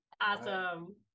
Awesome